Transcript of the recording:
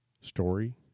Story